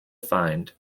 find